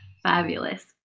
Fabulous